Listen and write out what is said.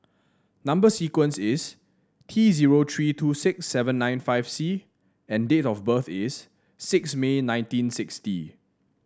number sequence is T zero three two six seven nine five C and date of birth is six May nineteen sixty